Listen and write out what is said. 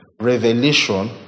revelation